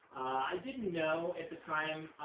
i didn't know, at the time,